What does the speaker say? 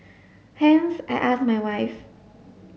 hence I asked my wife